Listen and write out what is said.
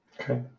Okay